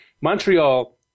Montreal